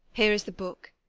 here is the book.